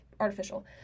artificial